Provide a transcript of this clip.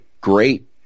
great